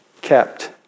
kept